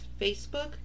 facebook